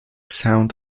sound